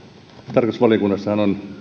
tarkastusvaliokunnassahan on